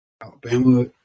Alabama